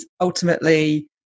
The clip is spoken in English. ultimately